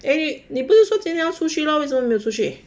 诶你不是说今天要出去咯为什么没有出去